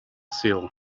sul